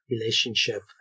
relationship